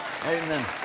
Amen